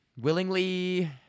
willingly